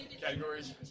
categories